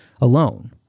alone